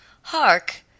Hark